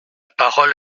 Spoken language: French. parole